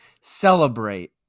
celebrate